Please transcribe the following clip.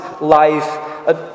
life